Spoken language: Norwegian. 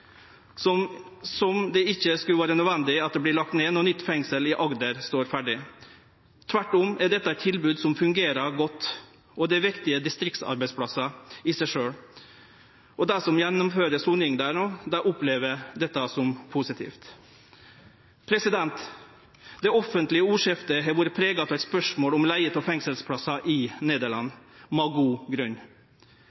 Fyresdal, som det ikkje skulle vere nødvendig å leggje ned når nytt fengsel i Agder står ferdig. Tvert om, dette er eit tilbod som fungerer godt, og det er viktige distriktsarbeidsplassar i seg sjølv. Og dei som gjennomfører soning der no, opplever dette som positivt. Det offentlege ordskiftet har vore prega av spørsmålet om leige av fengselsplassar i Nederland